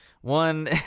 One